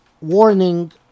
warning